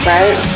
Right